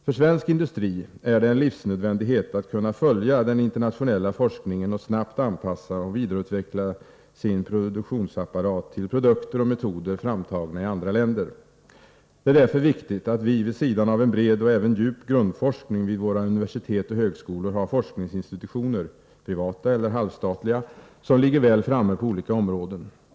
För svensk industri är det en livsnödvändighet att kunna följa den internationella forskningen och snabbt anpassa och vidareutveckla sin produktionsapparat till produkter och metoder framtagna i andra länder. Det är därför viktigt att vi vid sidan av en bred och även djup grundforskning vid våra universitet och högskolor har forskningsinstitutioner — privata eller halvstatliga — som ligger väl framme på olika områden.